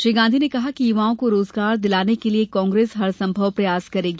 श्री गांधी ने कहा कि युवाओं को रोजगार दिलाने के लिये कांग्रेस हर संभव प्रयास करेगी